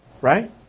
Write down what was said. Right